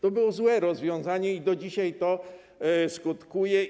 To było złe rozwiązanie i do dzisiaj to skutkuje.